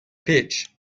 pitch